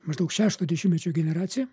maždaug šešto dešimtmečio generacija